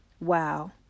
Wow